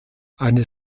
eine